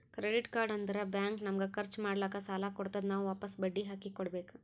credit card ಅಂದುರ್ bank ನಮಗ ಖರ್ಚ್ ಮಾಡ್ಲಾಕ್ ಸಾಲ ಕೊಡ್ತಾದ್, ನಾವ್ ವಾಪಸ್ ಬಡ್ಡಿ ಹಾಕಿ ಕೊಡ್ಬೇಕ